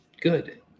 good